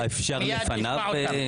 מיד נשמע אותם,